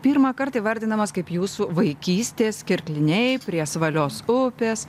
pirmą kartą įvardinamas kaip jūsų vaikystės kirkliniai prie svalios upės